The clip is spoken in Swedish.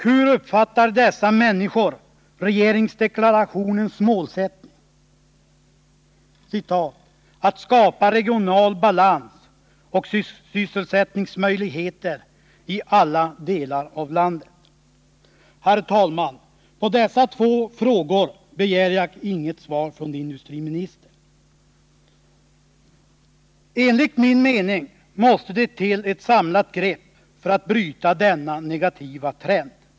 Hur uppfattar dessa människor regeringsdeklarationens målsättning att skapa regional balans och sysselsättningsmöjligheter i alla delar av landet? Herr talman! På dessa två frågor begär jag inget ivar från industriministern. Enligt min mening måste det till ett samlat grepp för att bryta denna negativa trend.